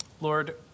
Lord